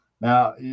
Now